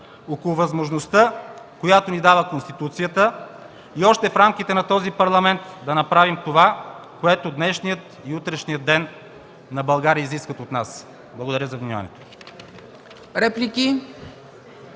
около възможността, която ни дава Конституцията, и още в рамките на този Парламент да направим това, което днешният и утрешният ден на България изискват от нас. Благодаря за вниманието.